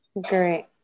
Great